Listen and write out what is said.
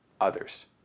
others